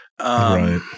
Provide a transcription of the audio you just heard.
Right